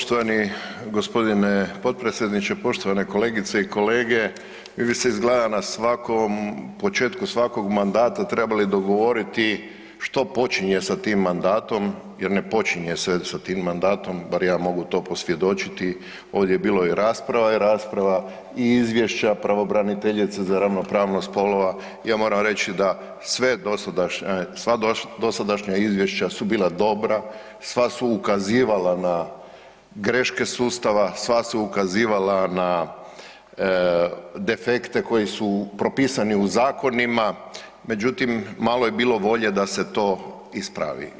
Poštovani gospodine potpredsjedniče, poštovane kolegice i kolege mi bi se izgleda na svakom, u početku svakog mandata trebali dogovoriti što počinje sa tim mandatom jer ne počinje se sa tim mandatom, bar ja mogu to posvjedočiti, ovdje je bilo i rasprava i rasprava i izvješća pravobraniteljice za ravnopravnost spolova, ja moram reći da sva dosadašnja izvješća su bila dobra, sva su ukazivala na greške sustava, sva su ukazivala na defekte koji su propisani u zakonima, međutim malo je bilo volje da se to ispravi.